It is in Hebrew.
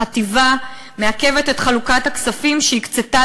החטיבה מעכבת את חלוקת הכספים שהקצתה